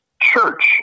church